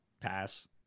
Pass